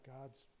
God's